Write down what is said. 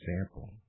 example